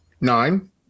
Nine